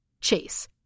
Chase